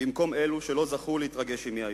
במקום אלו שלא זכו להתרגש עמי היום: